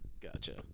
gotcha